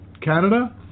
Canada